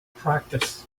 practice